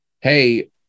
Hey